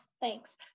thanks